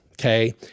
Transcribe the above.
okay